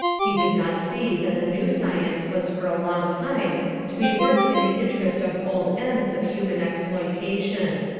he did not see that the new science was for a long time to be worked in the interest of old ends of human exploitation.